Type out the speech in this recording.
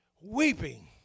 Weeping